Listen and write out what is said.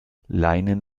leinen